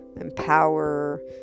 empower